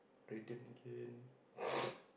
radiant again